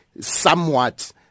somewhat